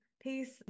peace